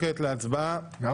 מה